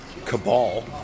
cabal